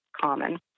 common